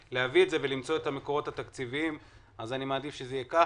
להביא את זה ולמצוא מקורות תקציביים אני אעדיף שזה יהיה כך.